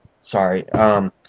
sorry